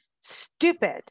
stupid